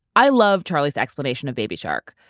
i love charlie's explanation of baby shark.